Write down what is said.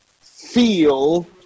feel